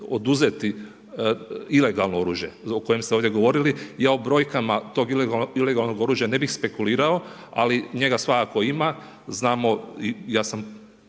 oduzeti ilegalno oružje o kojem ste ovdje govorili. Ja o brojkama tog ilegalnog oružja ne bih spekulirao ali njega svakako ima. Znamo i ja sam